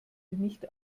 nicht